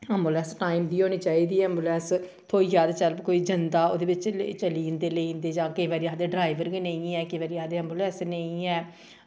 ambulance आई दी होनी चाहिदी ऐ एंबुलैंस थ्होई जा ते चल कोई जंदा ओह्दे बिच्च चली जंदे जां लेई जंदे केईं बारी आखदे ड्राईवर बी नेईं ऐ केईं बारी आखदे एंबुलेंस नेईं ऐ